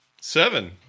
Seven